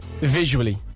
Visually